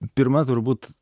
pirma turbūt